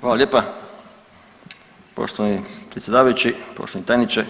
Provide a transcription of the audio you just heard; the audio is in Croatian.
Hvala lijepo poštovani predsjedavajući, poštovani tajniče,